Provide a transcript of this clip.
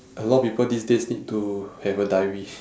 a lot of people these days need to have a diary